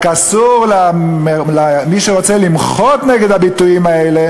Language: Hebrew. רק אסור למי שרוצה למחות נגד הביטויים האלה